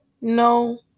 No